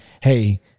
hey